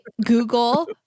Google